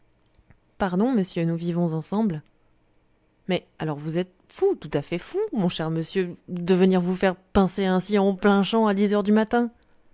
pardon monsieur nous vivons ensemble mais alors vous êtes fou tout à fait fou mon cher monsieur de venir vous faire pincer ainsi en plein champ à dix heures du matin